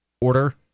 order